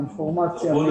אינפורמציה,